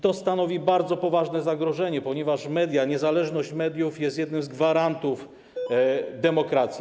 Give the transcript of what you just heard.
To stanowi bardzo poważne zagrożenie, ponieważ media, niezależność mediów jest jednym z gwarantów demokracji.